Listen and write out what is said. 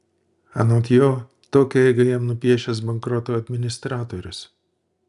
anot jo tokią eigą jam nupiešęs bankroto administratorius